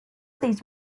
these